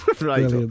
Right